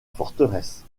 forteresse